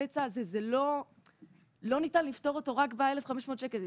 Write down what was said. הפצע הזה, לא ניתן לפתור אותו רק ב-1,500 שקל.